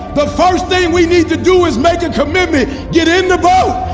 but first thing we need to do is make a commitment, get in the boat